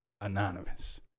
anonymous